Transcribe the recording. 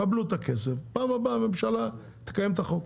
תקבלו את הכסף ובפעם הבאה הממשלה תקיים את החוק.